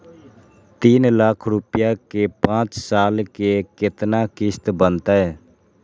तीन लाख रुपया के पाँच साल के केतना किस्त बनतै?